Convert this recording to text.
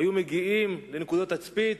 היו מגיעים לנקודות תצפית,